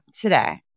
today